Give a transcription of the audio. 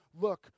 look